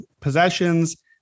possessions